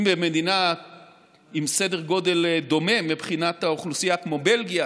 אם במדינה בסדר גודל דומה מבחינת האוכלוסייה כמו בלגיה